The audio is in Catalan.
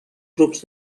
grups